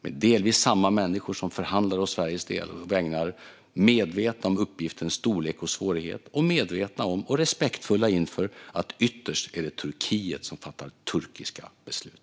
Det är delvis samma människor som förhandlar å Sveriges vägnar, som är medvetna om uppgiftens storlek och svårighet och medvetna om och respektfulla inför att det ytterst är Turkiet som fattar turkiska beslut.